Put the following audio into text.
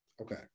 Okay